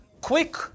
quick